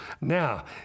Now